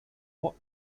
what